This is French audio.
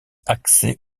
accès